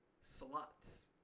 slots